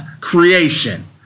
creation